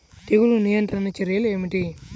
తెగులు నియంత్రణ చర్యలు ఏమిటి?